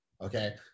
Okay